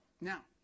Now